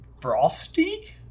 frosty